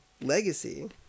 legacy